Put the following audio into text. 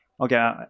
Okay